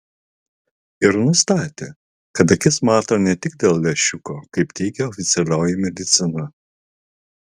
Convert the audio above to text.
ir nustatė kad akis mato ne tik dėl lęšiuko kaip teigia oficialioji medicina